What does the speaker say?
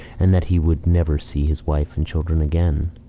and that he would never see his wife and children again.